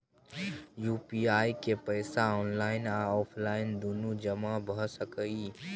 UPI के पैसा online आ ऑफलाइन दुनू जमा भ सकै इ?